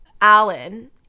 Alan